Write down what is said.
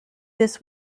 this